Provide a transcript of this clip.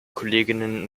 kolleginnen